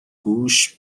گوش